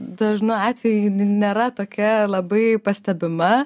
dažnu atveju nėra tokia labai pastebima